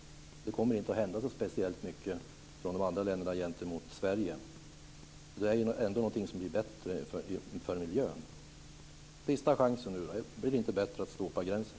Det kommer inte att hända speciellt mycket från de andra ländernas sida gentemot Sverige. Det här är ju trots allt något som blir bättre för miljön. En sista chans ges nu. Blir det alltså inte bättre att slopa den här gränsen?